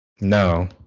No